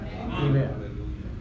Amen